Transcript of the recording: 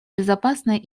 безопасной